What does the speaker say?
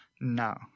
No